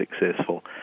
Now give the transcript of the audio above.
successful